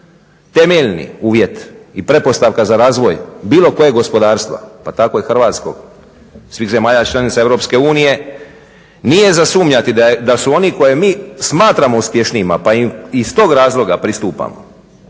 temeljni uvjet i pretpostavka za razvoj bilo kojeg gospodarstva pa tako i hrvatskog, svih zemalja članica EU nije za sumnjati da su oni koje mi smatramo uspješnijima pa iz tog razloga pristupamo